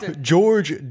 george